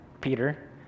Peter